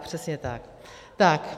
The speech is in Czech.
Přesně tak.